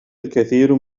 الكثير